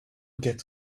get